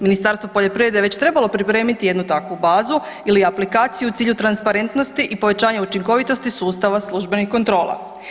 Ministarstvo poljoprivrede je već trebalo pripremiti jednu takvu bazu ili aplikaciju u cilju transparentnosti i povećanja učinkovitosti sustava službenih kontrola.